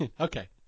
Okay